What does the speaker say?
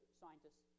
scientists